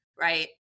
Right